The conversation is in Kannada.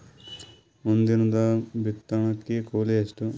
ಒಂದಿನದ ಬಿತ್ತಣಕಿ ಕೂಲಿ ಎಷ್ಟ?